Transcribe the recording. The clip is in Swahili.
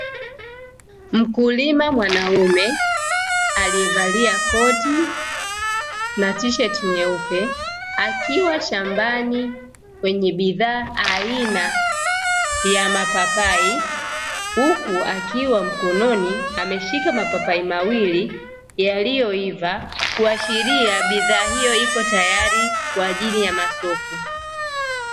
Mkulima mwanaume alievalia koti na tisheti nyeupe akiwa shambani kwenye bidhaa aina ya mapapai, huku akiwa mkononi ameshika mapapai mawili yaliyoiva kuashiria bidhaa hiyo ipo tayari kwa ajili ya masoko.